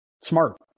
smart